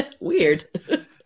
Weird